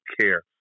care